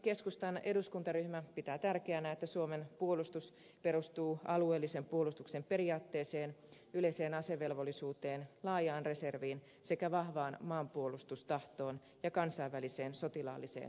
keskustan eduskuntaryhmä pitää tärkeänä että suomen puolustus perustuu alueellisen puolustuksen periaatteeseen yleiseen asevelvollisuuteen laajaan reserviin sekä vahvaan maanpuolustustahtoon ja kansainväliseen sotilaalliseen yhteistyöhön